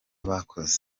bakoze